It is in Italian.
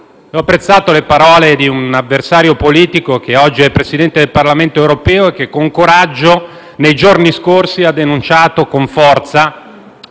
Ho apprezzato le parole di un avversario politico, che oggi è Presidente del Parlamento europeo, che con coraggio nei giorni scorsi ha denunciato con forza